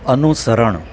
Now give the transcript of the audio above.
અનુસરણ